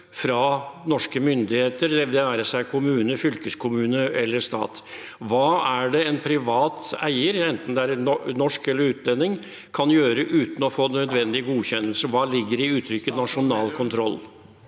fra norske myndigheter, det være seg kommune, fylkeskommune eller stat? Hva er det en privat eier, norsk eller utenlandsk, kan gjøre uten å få nødvendige godkjennelser? Hva ligger i uttrykket «nasjonal kontroll»?